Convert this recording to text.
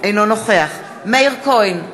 אינו נוכח מאיר כהן,